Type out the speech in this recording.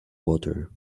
water